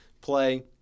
play